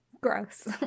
gross